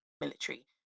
military